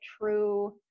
true